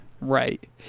right